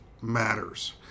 matters